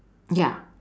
ya